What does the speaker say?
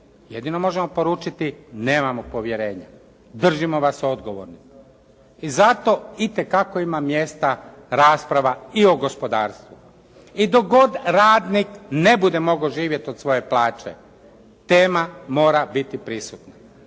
Jedino možemo poručiti nemamo povjerenja. Držimo vas odgovornim i zato itekako ima mjesta rasprava i o gospodarstvu i dok god radnik ne bude mogao živjeti od svoje plaće, tema mora biti prisutna.